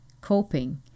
coping